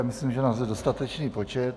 Myslím, že nás je dostatečný počet.